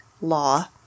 law